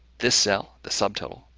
this cell, the subtotal,